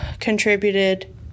contributed